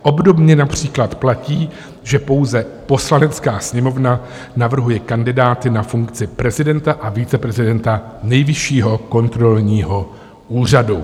Obdobně například platí, že pouze Poslanecká sněmovna navrhuje kandidáty na funkci prezidenta a viceprezidenta Nejvyššího kontrolního úřadu.